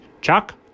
Chuck